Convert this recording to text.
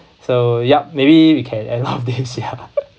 so yup maybe we can end all this ya